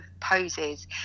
poses